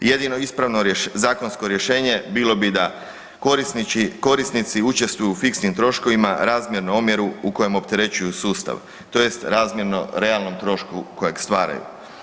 Jedino ispravno zakonsko rješenje bilo bi da korisnici učestvuju u fiksnim troškovima razmjerno omjeru u kojem opterećuju sustav, tj. razmjerno realnom trošku kojeg stvaraju.